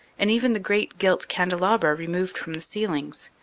and even the great gilt candelabra removed from the ceilings,